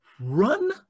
run